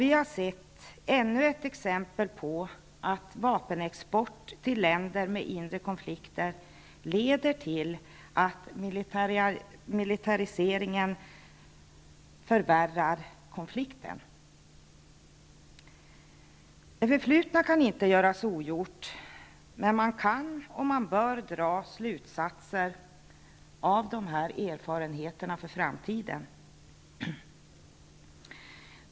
Detta är ännu ett exempel på att vapenexport till länder med inre konflikter leder till att militariseringen förvärrar situationen. Det förflutna kan inte göras ogjort, men man kan och bör dra slutsatser inför framtiden av dessa erfarenheter.